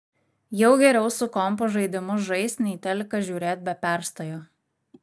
jau geriau su kompu žaidimus žaist nei teliką žiūrėt be perstojo